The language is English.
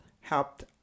helped